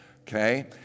Okay